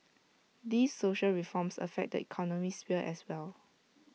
these social reforms affect the economic sphere as well